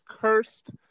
cursed